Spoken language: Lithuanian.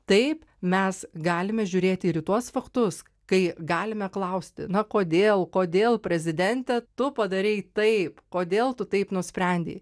taip mes galime žiūrėti ir į tuos faktus kai galime klausti na kodėl kodėl prezidente tu padarei taip kodėl tu taip nusprendei